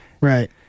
Right